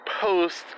post